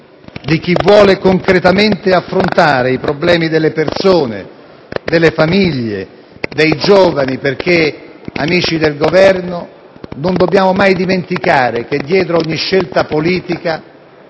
di chi vuole concretamente affrontare i problemi delle persone, delle famiglie, dei giovani. Amici del Governo, non dobbiamo mai dimenticare che dietro ogni scelta politica